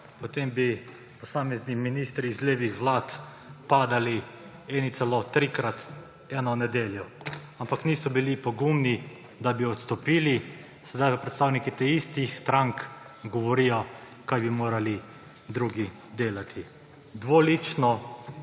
potem bi posamezni ministri iz levih vlad padali eni celo trikrat eno nedeljo, ampak niso bili pogumni, da bi odstopili, sedaj pa predstavniki teh istih strank govorijo, kaj bi morali drugi delati. Dvolično,